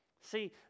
See